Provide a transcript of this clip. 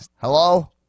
Hello